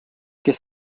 kes